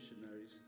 missionaries